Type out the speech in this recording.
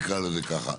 נקרא לזה ככה.